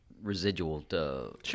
residual